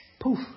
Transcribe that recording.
poof